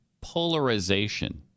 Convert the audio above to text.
polarization